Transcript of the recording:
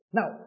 Now